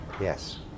Yes